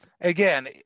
Again